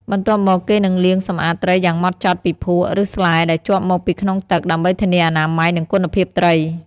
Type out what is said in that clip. បន្ទាប់មក គេនឹងលាងសម្អាតត្រីយ៉ាងហ្មត់ចត់ពីភក់ ឬស្លែដែលជាប់មកពីក្នុងទឹក ដើម្បីធានាអនាម័យ និងគុណភាពត្រី។